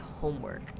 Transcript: homework